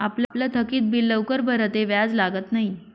आपलं थकीत बिल लवकर भरं ते व्याज लागत न्हयी